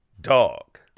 Dog